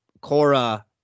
Cora